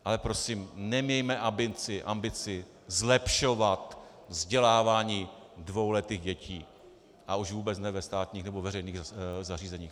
Ale prosím, nemějme ambici zlepšovat vzdělávání dvouletých dětí, a už vůbec ne ve státních nebo veřejných zařízeních.